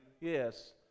yes